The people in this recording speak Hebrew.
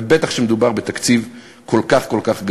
ובטח כשמדובר בתקציב כל כך כל כך גרוע.